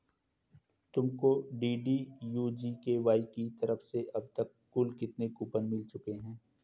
तुमको DDU GKY की तरफ से अब तक कुल कितने कूपन मिल चुके हैं?